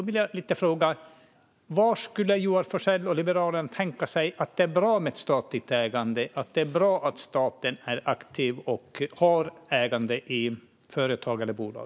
Var skulle Joar Forssell och Liberalerna tänka sig att det är bra med statligt ägande, att det är bra att staten är aktiv och har ägande i företag eller bolag?